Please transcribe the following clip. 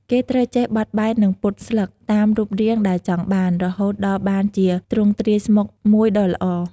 គេត្រូវចេះ បត់បែន និងពត់ស្លឹក តាមរូបរាងដែលចង់បាន រហូតដល់បានជាទ្រង់ទ្រាយស្មុកមួយដ៏ល្អ។